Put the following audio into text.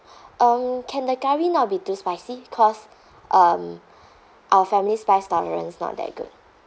um can the curry not be too spicy because um our family's spice tolerance not that good